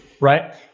right